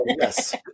yes